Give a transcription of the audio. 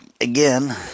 again